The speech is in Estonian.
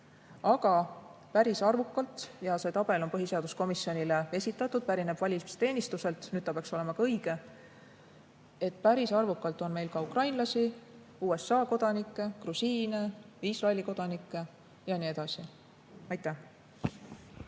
Aga päris arvukalt – see tabel on põhiseaduskomisjonile esitatud, pärineb valimisteenistuselt, nüüd ta peaks olema ka õige – on meil ka ukrainlasi, USA kodanikke, grusiine, Iisraeli kodanikke ja nii edasi. Aitäh!